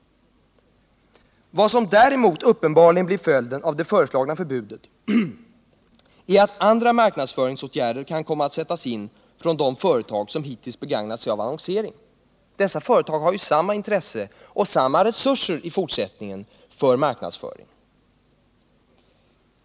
Vad som däremot uppenbarligen blir följden av det föreslagna förbudet är att andra marknadsföringsåtgärder kan komma att sättas in från de företag som hittills begagnat sig av annonsering. Dessa företag har ju samma intresse och samma resurser för marknadsföring även i fortsättningen.